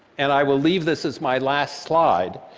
and i will leave this as my last slide,